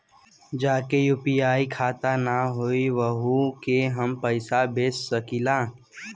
जेकर यू.पी.आई खाता ना होई वोहू के हम पैसा भेज सकीला?